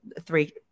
three